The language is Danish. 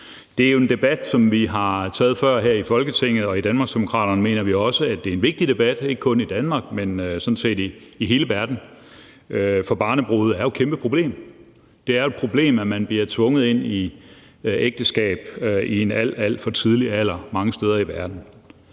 Det er jo en debat, som vi har taget før her i Folketinget, og i Danmarksdemokraterne mener vi også, at det er en vigtig debat, ikke kun i Danmark, men sådan set i hele verden – for barnebrude er jo et kæmpeproblem. Det er et problem, at man bliver tvunget ind i ægteskab i en alt, alt for tidlig alder mange steder i verden.